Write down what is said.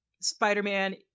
Spider-Man